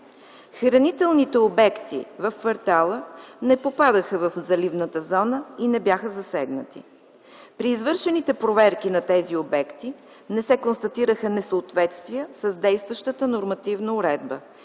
хранителните обекти в квартала не попадаха в заливната зона и не бяха засегнати. При извършените проверки на тези обекти не се констатираха несъответствия с действащата нормативна уредба.